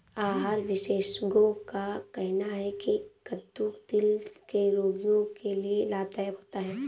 आहार विशेषज्ञों का कहना है की कद्दू दिल के रोगियों के लिए लाभदायक होता है